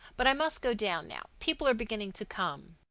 but i must go down now. people are beginning to come.